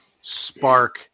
spark